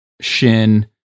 Shin